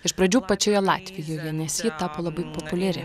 iš pradžių pačioje latvijoje nes ji tapo labai populiari